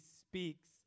speaks